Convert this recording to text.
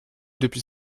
depuis